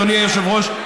אדוני היושב-ראש,